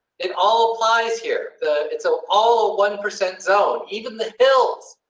it all applies here the, it's so all one percent zone, even the hills.